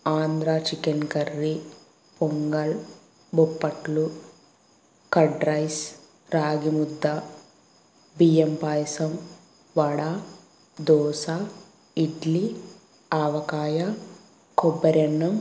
Andhra chicken curry pongal బొబ్బట్లు curd rice రాగి ముద్ద బియ్యం పాయసం వడ దోశ ఇడ్లీ ఆవకాయ కొబ్బరన్నం